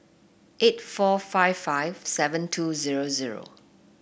eight four five five seven two zero zero